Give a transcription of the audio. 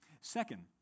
Second